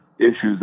issues